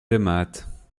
aimâtes